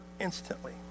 instantly